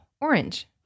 Orange